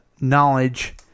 knowledge